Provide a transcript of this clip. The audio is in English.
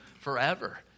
forever